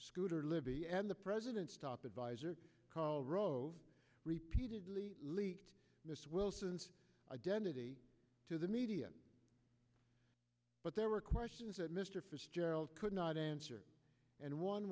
scooter libby and the president's top adviser karl rove repeatedly leaked this wilson's identity to the media but there were questions that mr fitzgerald could not answer and one